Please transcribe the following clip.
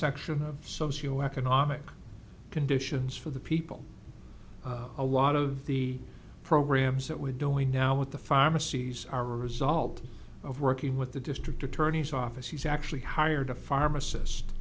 section of socio economic conditions for the people a lot of the programs that we're doing now with the pharmacies are result of working with the district attorney's office he's actually hired a pharmacist